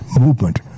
movement